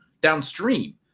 downstream